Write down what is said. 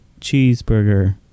Cheeseburger